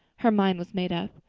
her mind was made up.